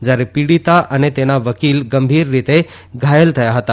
જાયરે પીડીતા અને તેના વકીલ ગંભીર રીતે ઘાયલ થયા હતા